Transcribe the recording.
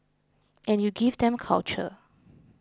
and you give them culture